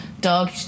dog